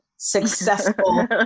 successful